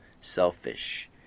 selfish